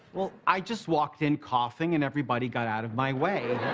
i just walked in coughing and everybody got out of my way.